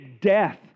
death